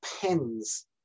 depends